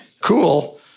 cool